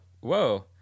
whoa